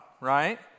right